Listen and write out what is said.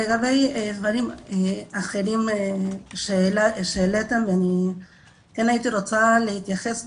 לגבי דברים אחרים שהעליתם, אני רוצה להתייחס.